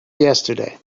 yesterday